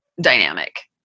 dynamic